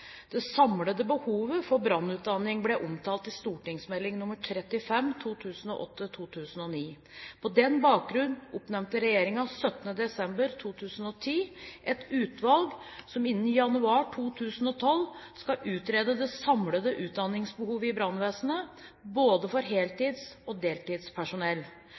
Det samlede behovet for brannutdanning ble omtalt i St.meld. nr. 35 for 2008–2009. På den bakgrunn oppnevnte regjeringen 17. desember 2010 et utvalg som innen januar 2012 skal utrede det samlede utdanningsbehovet i brannvesenet, for både heltids- og deltidspersonell.